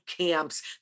camps